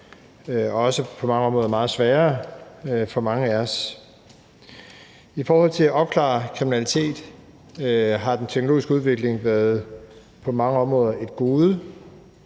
og også på mange områder meget sværere for mange af os. I forhold til at opklare kriminalitet har den teknologiske udvikling på mange områder været